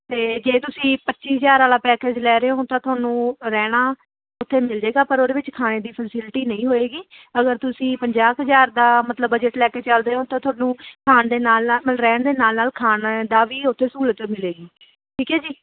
ਤਾਂ ਜੇ ਤੁਸੀਂ ਪੱਚੀ ਹਜ਼ਾਰ ਵਾਲਾ ਪੈਕੇਜ ਲੈ ਰਹੇ ਹੋ ਹੁਣ ਤਾਂ ਤੁਹਾਨੂੰ ਰਹਿਣਾ ਉੱਥੇ ਮਿਲੇਗਾ ਪਰ ਉਹਦੇ ਵਿੱਚ ਖਾਣੇ ਦੀ ਫੈਸਿਲਿਟੀ ਨਹੀਂ ਹੋਏਗੀ ਅਗਰ ਤੁਸੀਂ ਪੰਜਾਹ ਕੁ ਹਜ਼ਾਰ ਦਾ ਮਤਲਬ ਬਜਟ ਲੈ ਕੇ ਚੱਲਦੇ ਹੋ ਤਾਂ ਫਿਰ ਤੁਹਾਨੂੰ ਖਾਣ ਦੇ ਨਾਲ ਨਾਲ ਰਹਿਣ ਦੇ ਨਾਲ ਨਾਲ ਖਾਣੇ ਦਾ ਵੀ ਉੱਥੇ ਸਹੁਲਤ ਮਿਲੇਗੀ ਠੀਕ ਹੈ ਜੀ